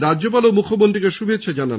রাজ্যপালও মুখ্যমন্ত্রীকে শুভেচ্ছা জানান